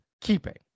Keeping